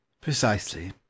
Precisely